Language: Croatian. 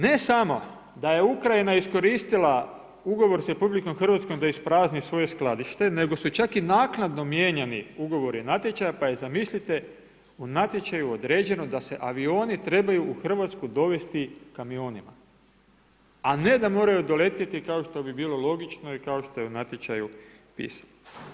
Ne samo da je Ukrajina iskoristila ugovor sa RH da isprazni svoje skladište nego su čak i naknadno mijenjani ugovori natječaja pa je zamislite, u natječaju određeno da se avioni u Hrvatskoj trebaju u Hrvatsku dovesti kamioni a ne da moraju doletjeti kao što bi bilo logično i kao što je u natječaju pisano.